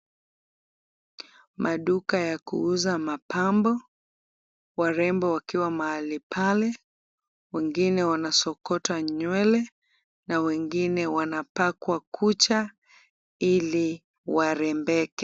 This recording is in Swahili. Maduka ya kuuza mapambo. Warembo wakiwa mahali pale. Wengine wanasokotwa nywele na wengine wanapakwa kucha ili warembeke.